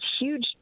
huge